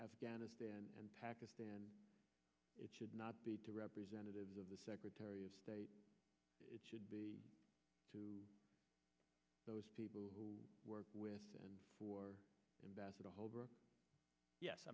afghanistan and pakistan it should not be to representative of the secretary of state it should be to those people who work with and for invest